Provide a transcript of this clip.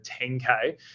10K